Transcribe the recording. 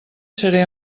seré